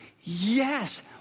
yes